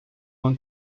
uma